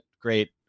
great